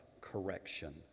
correction